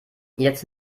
jetzt